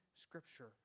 Scripture